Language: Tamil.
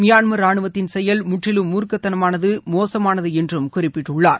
மியான்மர் ராணுவத்தின் செயல் முற்றிலும் மூர்க்கத்தனமானது மோசமானது என்று குறிப்பிட்டுள்ளார்